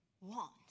want